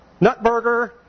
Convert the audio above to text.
nutburger